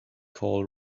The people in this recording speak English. call